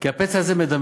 כי הפצע הזה מדמם.